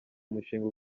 umushinga